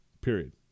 period